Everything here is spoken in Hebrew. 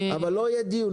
אבל לא יהיה דיון,